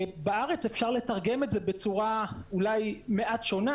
בארץ אפשר לתרגם את זה בצורה אולי מעט שונה,